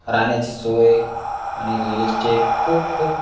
राहण्याची सोय आणि रिअल इस्टेट खूप खूप